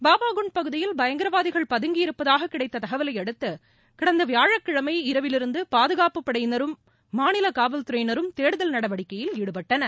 பாபாகுண்ட் பகுதியில் பயங்கரவாதிகள் பதங்கியிருப்பதாக கிடைத்த தகவலையடுத்து கடந்த வியாழக்கிழமை இரவிலிருந்து பாதுகாப்பு படையினரும் மாநில காவல்தறையினரும் தேடுதல் நடவடிக்கையில் ஈடுபட்டனர்